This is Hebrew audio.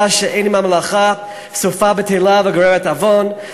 שאין עמה מלאכה סופה בטלה וגוררת עוון",